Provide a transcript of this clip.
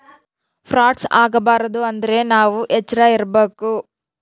frauds ಆಗಬಾರದು ಅಂದ್ರೆ ನಾವ್ ಎಚ್ರ ಇರ್ಬೇಕು